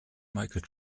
michael